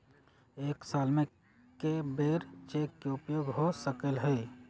एक साल में कै बेर चेक के उपयोग हो सकल हय